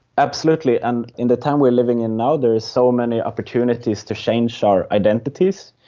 absolutely, and in the time we are living in now there are so many opportunities to change our identities,